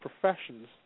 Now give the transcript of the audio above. professions